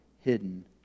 hidden